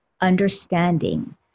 Understanding